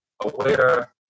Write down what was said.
aware